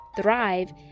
thrive